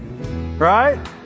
Right